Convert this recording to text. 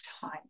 time